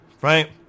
right